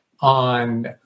on